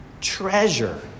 Treasure